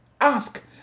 Ask